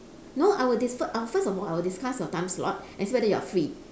no I will differ I will first of all I will discuss your time slot and see whether you are free